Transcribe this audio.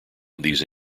these